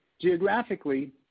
Geographically